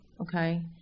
Okay